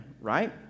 right